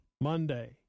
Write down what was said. Monday